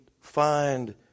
find